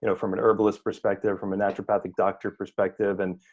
you know from an herbalist perspective, from a naturopathic doctor perspective and,